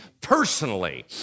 personally